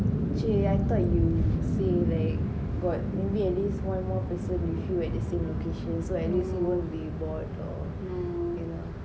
!chey! I thought you say like got maybe at least one more person with you at the same location so at least you won't be bored or you know